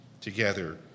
Together